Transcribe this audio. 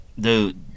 Dude